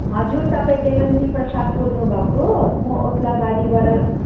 हजुर तपाईँ देवान्ती प्रसाद बोल्नुभएको हो म ओत्लाबारीबाट